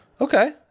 Okay